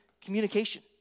communication